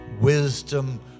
wisdom